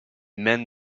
mains